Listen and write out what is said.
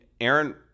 Aaron